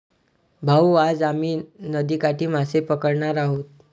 भाऊ, आज आम्ही नदीकाठी मासे पकडणार आहोत